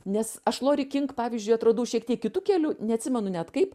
nes aš lori kink pavyzdžiui atradau šiek tiek kitu keliu neatsimenu net kaip